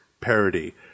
parody